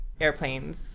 airplanes